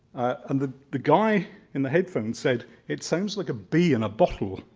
and the the guy in the headphones said, it sounds like a bee in a bottle,